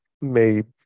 made